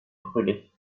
brûlée